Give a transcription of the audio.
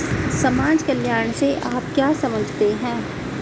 समाज कल्याण से आप क्या समझते हैं?